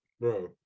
bro